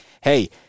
hey